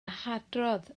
hadrodd